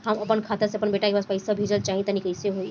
हम आपन खाता से आपन बेटा के पास पईसा भेजल चाह तानि कइसे होई?